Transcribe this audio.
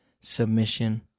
submission